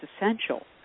essential